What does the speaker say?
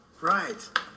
Right